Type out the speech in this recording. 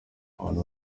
abantu